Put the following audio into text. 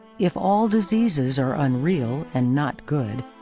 if all diseases are unreal and not good,